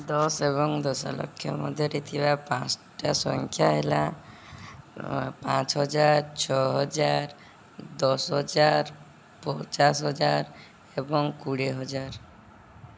ଦଶ ଏବଂ ଦଶ ଲକ୍ଷ ମଧ୍ୟରେ ଥିବା ପାଞ୍ଚଟା ସଂଖ୍ୟା ହେଲା ପାଞ୍ଚ ହଜାର ଛଅ ହଜାର ଦଶ ହଜାର ପଚାଶ ହଜାର ଏବଂ କୋଡ଼ିଏ ହଜାର